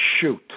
shoot